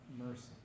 mercy